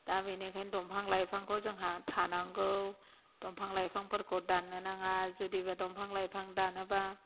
दा बिनिखायनो दंफां लाइफांखौ जोंहा थानांगौ दंफां लाइफांफोरखौ दाननो नाङा जुदि बे दंफां लाइफां दानोब्ला